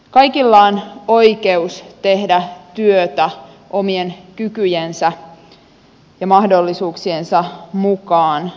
kaikilla on oikeus tehdä työtä omien kykyjensä ja mahdollisuuksiensa mukaan